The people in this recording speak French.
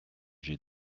j’ai